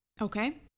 Okay